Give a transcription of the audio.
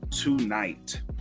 tonight